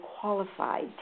qualified